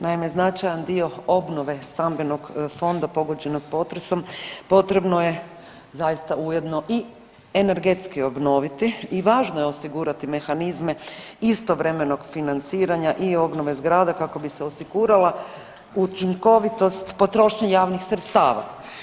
Naime, značajan dio obnove stambenog fonda pogođenog potresom potrebno je zaista ujedno i energetski obnoviti i važno je osigurati mehanizme istovremenog financiranja i obnove zgrada, kako bi se osigurala učinkovitost potrošnje javnih sredstava.